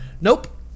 Nope